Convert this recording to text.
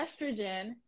estrogen